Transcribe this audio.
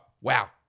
Wow